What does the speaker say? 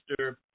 Mr